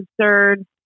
absurd